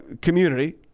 community